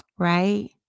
right